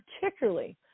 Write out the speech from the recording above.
particularly